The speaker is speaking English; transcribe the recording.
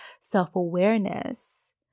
self-awareness